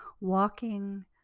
walking